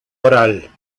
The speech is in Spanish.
oral